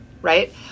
Right